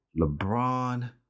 LeBron